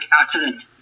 accident